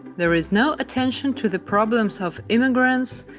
there is no attention to the problems of immigrants,